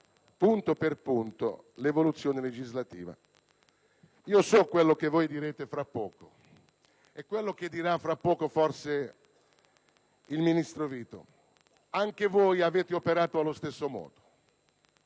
punto per punto, l'evoluzione legislativa. So quello che direte tra poco e quello che dirà, forse, il ministro Vito: anche voi avete operato nello stesso modo.